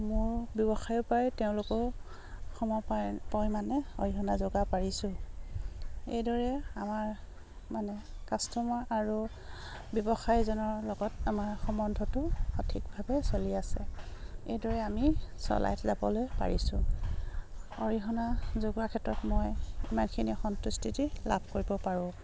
মোৰ ব্যৱসায়ৰপৰাই তেওঁলোকেও সম পৰিমাণে অৰিহণা যোগাব পাৰিছোঁ এইদৰে আমাৰ মানে কাষ্টমাৰ আৰু ব্যৱসায়ীজনৰ লগত আমাৰ সমন্ধটো সঠিকভাৱে চলি আছে এইদৰে আমি চলাই যাবলৈ পাৰিছোঁ অৰিহণা যোগোৱা ক্ষেত্ৰত মই ইমানখিনি সন্তুষ্টিতি লাভ কৰিব পাৰোঁ